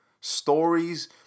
Stories